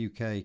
UK